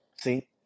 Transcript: See